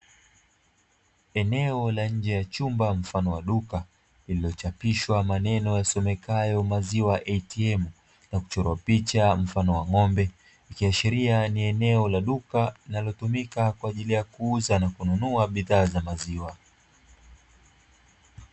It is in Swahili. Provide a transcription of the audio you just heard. Eneo la nje ya chumba mfano wa duka lililochapishwa maneno yasomekayo maziwa eitiem, Na kuchora picha mfano wa ng'ombe ikiashiria ni eneo la duka linalotumika kwa ajili ya kuuza na kununua bidhaa za maziwa.